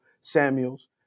Samuels